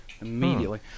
immediately